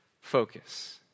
focus